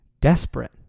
desperate